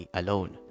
alone